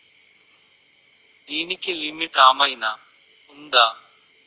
దీనికి లిమిట్ ఆమైనా ఉందా?